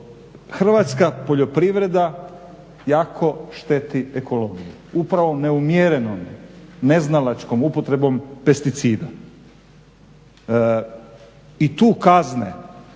hrvatska poljoprivreda jako šteti ekologiji. Upravo neumjerenom neznalačkom upotrebom pesticida. I tu kazne